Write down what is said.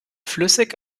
flüssig